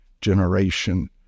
generation